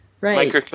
Right